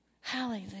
Hallelujah